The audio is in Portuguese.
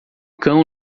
cão